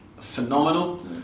phenomenal